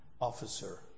officer